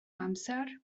amser